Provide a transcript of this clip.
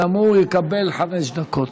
גם הוא יקבל חמש דקות.